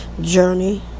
journey